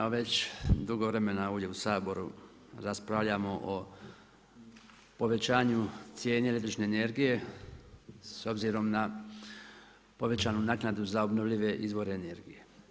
Već dugo vremena ovdje u Saboru raspravljamo o povećanju cijene električne energije, s obzirom na povećanu naknadu za obnovljive izvore energije.